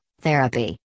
therapy